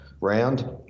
round